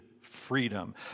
freedom